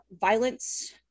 violence